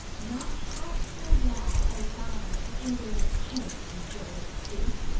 not halfe so bad as thine to englands king, iniurious duke,